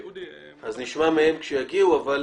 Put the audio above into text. אז נשמע מהם כשיגיעו, אבל